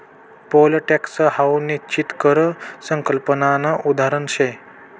pole tax हाऊ निश्चित कर संकल्पनानं उदाहरण शे